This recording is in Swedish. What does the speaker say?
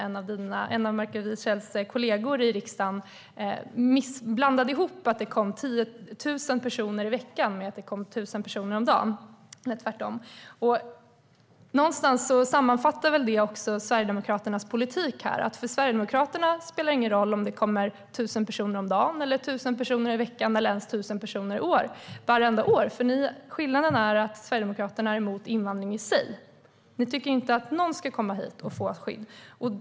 En av Marcus Wiechels kollegor här i riksdagen blandade ihop att det kom 1 000 personer i veckan med att det kom 1 000 personer om dagen, eller tvärtom. Någonstans sammanfattar det Sverigedemokraternas politik. För Sverigedemokraterna spelar det ingen roll om det kommer 1 000 personer om dagen, 1 000 personer i veckan eller ens 1 000 personer i år eller vartenda år. Skillnaden är att Sverigedemokraterna är emot invandring i sig. Ni tycker inte att någon ska komma hit och få skydd.